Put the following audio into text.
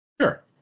Sure